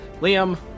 Liam